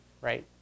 right